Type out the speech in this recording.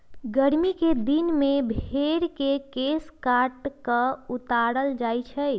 गरमि कें दिन में भेर के केश काट कऽ उतारल जाइ छइ